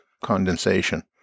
condensation